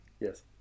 Yes